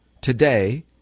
today